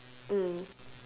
mm